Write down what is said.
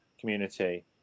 community